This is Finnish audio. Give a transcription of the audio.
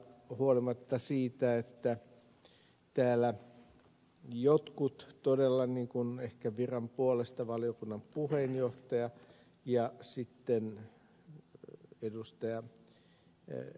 huolimatta siitä että täällä jotkut todella niin kuin ehkä viran puolesta valiokunnan puheenjohtaja ja sitten ed